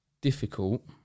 difficult